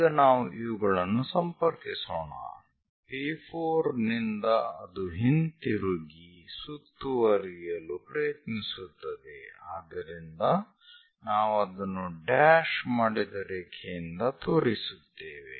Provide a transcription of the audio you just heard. ಈಗ ನಾವು ಇವುಗಳನ್ನು ಸಂಪರ್ಕಿಸೋಣ P4 ನಿಂದ ಅದು ಹಿಂತಿರುಗಿ ಸುತ್ತುವರಿಯಲು ಪ್ರಯತ್ನಿಸುತ್ತದೆ ಆದ್ದರಿಂದ ನಾವು ಅದನ್ನು ಡ್ಯಾಶ್ ಮಾಡಿದ ರೇಖೆಯಿಂದ ತೋರಿಸುತ್ತೇವೆ